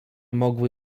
mogły